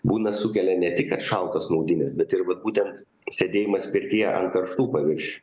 būna sukelia ne tik kad šaltos maudynės bet ir vat būtent sėdėjimas pirtyje ant karštų paviršių